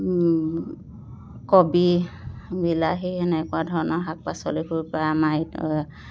কবি বিলাহী সেনেকুৱা ধৰণৰ শাক পাচলিবোৰৰপৰা আমাৰ